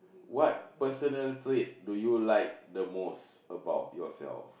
what personal trait do you like most about yourself